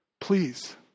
please